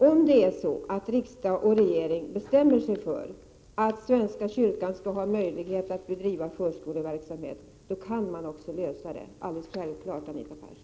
Om riksdag och regering bestämmer sig för att svenska kyrkan skall ha möjlighet att bedriva förskoleverksamhet, då kan man också lösa det här problemet. Det är alldeles självklart, Anita Persson.